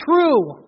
true